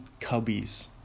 cubbies